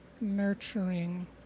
nurturing